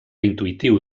intuïtiu